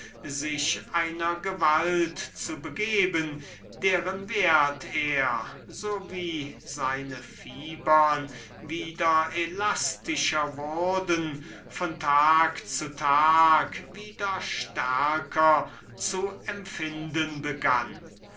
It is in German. sich einer gewalt zu begeben deren wert er nach proportion daß seine fibern wieder elastischer wurden von tag zu tag wieder stärker zu empfinden begann